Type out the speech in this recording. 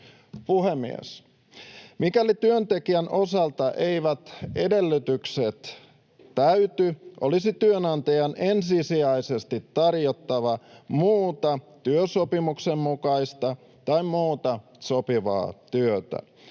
Puhemies! Mikäli työntekijän osalta eivät edellytykset täyty, olisi työnantajan ensisijaisesti tarjottava muuta työsopimuksen mukaista tai muuta sopivaa työtä